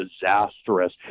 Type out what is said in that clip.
disastrous